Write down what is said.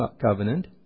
covenant